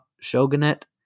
shogunate